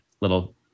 little